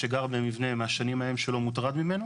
שגר במבנה מהשנים ההם שלא מוטרד ממנו.